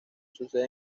sucede